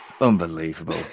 unbelievable